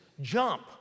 jump